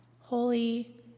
Holy